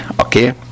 okay